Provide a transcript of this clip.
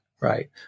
right